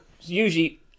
usually